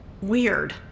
weird